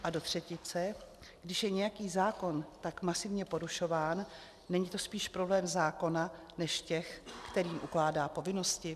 A do třetice, když je nějaký zákon tak masivně porušován, není to spíš problém zákona než těch, kterým ukládá povinnosti?